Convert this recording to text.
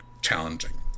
challenging